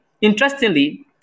Interestingly